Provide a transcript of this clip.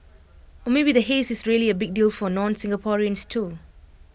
or maybe the haze is really A big deal for nonSingaporeans too